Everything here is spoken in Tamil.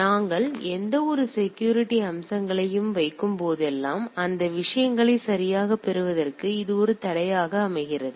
நாங்கள் எந்தவொரு செக்யூரிட்டி அம்சங்களையும் வைக்கும்போதெல்லாம் அந்த விஷயங்களை சரியாகப் பெறுவதற்கு இது ஒரு தடையாக அமைகிறது